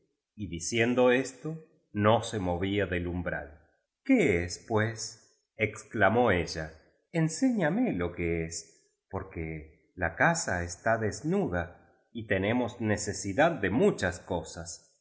y diciendo esto no se movía del umbral qué es pues exclamó ella enséñamelo que es por que la casa está desnuda y tenemos necesidad ele muchas cosas